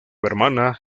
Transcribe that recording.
hermana